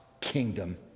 kingdom